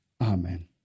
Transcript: Amen